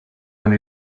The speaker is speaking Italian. con